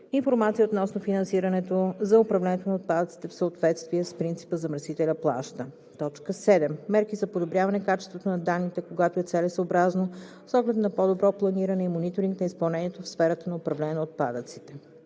информация относно финансирането за управлението на отпадъците в съответствие с принципа „замърсителят плаща“; 7. мерки за подобряване качеството на данните, когато е целесъобразно, с оглед на по-добро планиране и мониторинг на изпълнението в сферата на управление на отпадъците.“